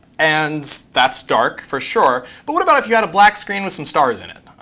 and that's dark, for sure. but what about if you had a black screen with some stars in it?